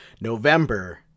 November